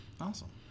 Awesome